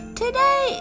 today